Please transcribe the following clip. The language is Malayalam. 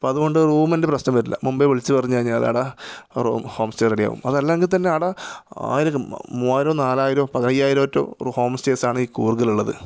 അപ്പോൾ അതുകൊണ്ട് റൂമിന്റെ പ്രശ്നം വരില്ല മുൻപേ വിളിച്ചു പറഞ്ഞു കഴിഞ്ഞാൽ എടാ റൂം ഹോം സ്റ്റേ റെഡിയാകും അതല്ലെങ്കില് തന്നെ അവിടെ ആയിരകം മൂവായിരവും നാലായിരവും പതിനയ്യായിരം ടു ഒരു ഹോം സ്റ്റേയ്സാണ് ഈ കൂര്ഗിലുള്ളത്